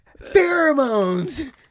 pheromones